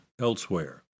elsewhere